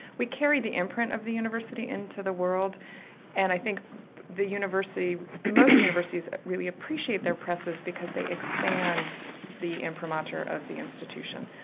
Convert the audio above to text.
we carry the imprint of the university into the world and i think the university-most universities really appreciate their presses because they expand the imprimatur of the institution.